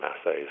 assays